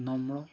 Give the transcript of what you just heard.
নম্ৰ